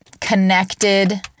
connected